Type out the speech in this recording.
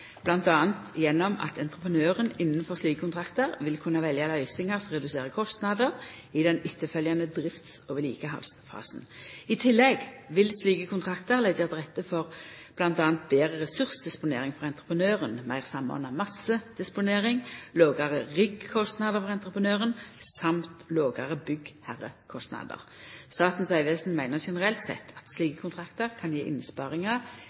gjennom at entreprenøren innanfor slike kontraktar vil kunna velja løysingar som reduserer kostnader i den etterfølgjande drifts- og vedlikehaldsfasen. I tillegg vil slike kontraktar leggja til rette for bl.a. betre ressursdisponering for entreprenøren, meir samordna massedisponering, lågare riggkostnader for entreprenøren og lågare byggherrekostnader. Statens vegvesen meiner generelt sett at slike kontraktar kan gje innsparingar